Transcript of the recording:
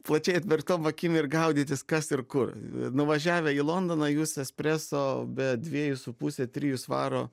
plačiai atmerktom akim ir gaudytis kas ir kur nuvažiavę į londoną jūs espreso be dviejų su puse trijų svaro